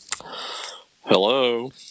Hello